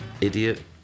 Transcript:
Idiot